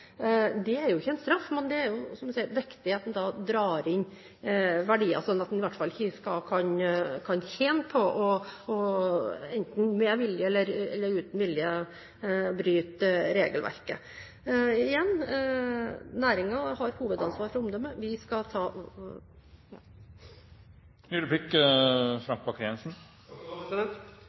Det er ikke en straff, men det er viktig at en da drar inn verdier sånn at en i hvert fall ikke kan tjene på, enten med vilje eller ikke med vilje, å bryte regelverket. Igjen: Næringen har hovedansvar for